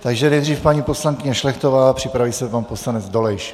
Takže nejdřív paní poslankyně Šlechtová a připraví se pan poslanec Dolejš.